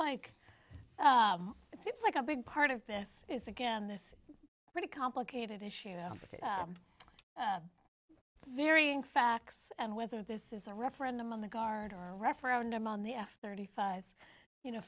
like it seems like a big part of this is again this pretty complicated issue very facts and whether this is a referendum on the guard or referendum on the f thirty five you know